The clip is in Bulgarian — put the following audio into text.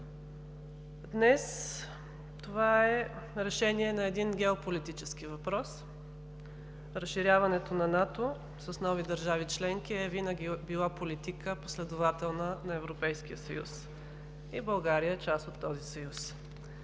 Днес това е решение на един геополитически въпрос – разширяването на НАТО с нови държави членки винаги е била последователната политика на Европейския съюз и България е част от този съюз.